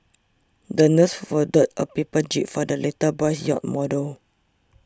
the nurse folded a paper jib for the little boy's yacht model